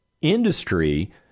industry